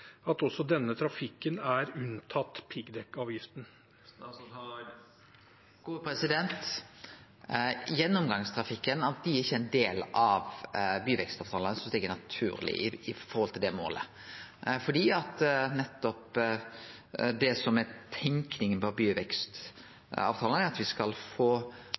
trafikken også er unntatt piggdekkavgiften? At gjennomgangstrafikken ikkje er ein del av byvekstavtalane, synest eg er naturleg med tanke på det målet. Det som er tanken bak byvekstavtalane, er at me skal få